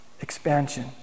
expansion